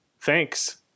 thanks